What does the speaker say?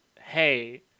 hey